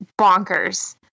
bonkers